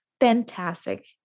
fantastic